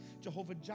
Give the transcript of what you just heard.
Jehovah